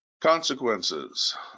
Consequences